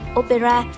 opera